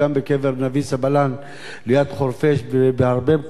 סבלאן ליד חורפיש ובהרבה מקומות אחרים.